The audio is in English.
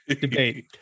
debate